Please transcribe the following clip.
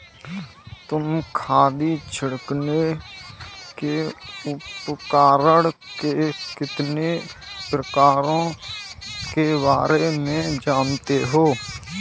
तुम खाद छिड़कने के उपकरण के कितने प्रकारों के बारे में जानते हो?